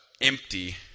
empty